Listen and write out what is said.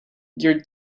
your